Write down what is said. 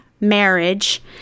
marriage